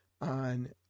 on